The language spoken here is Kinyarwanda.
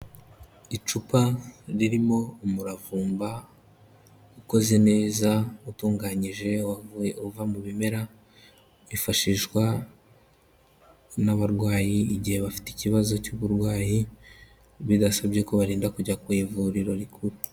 Icupa ririmo umuravumba ukoze neza, utunganyije uva mu bimera, wifashishwa n'abarwayi igihe bafite ikibazo cy'uburwayi bidasabye ko barinda kujya ku ivuriro rikuru.